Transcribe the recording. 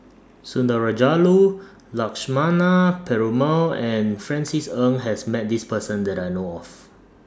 Sundarajulu Lakshmana Perumal and Francis Ng has Met This Person that I know of